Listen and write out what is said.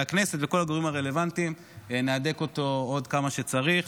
הכנסת וכל הגורמים הרלוונטיים נהדק אותו עוד כמה שצריך.